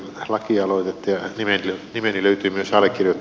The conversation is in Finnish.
nimeni löytyy myös allekirjoittajien listalta